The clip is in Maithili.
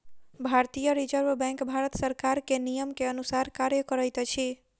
भारतीय रिज़र्व बैंक भारत सरकार के नियम के अनुसार कार्य करैत अछि